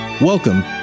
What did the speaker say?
Welcome